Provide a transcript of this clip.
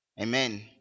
amen